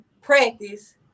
practice